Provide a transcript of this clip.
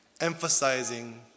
emphasizing